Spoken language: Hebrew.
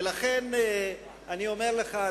ולכן אני אומר לך,